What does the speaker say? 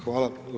Hvala.